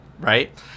right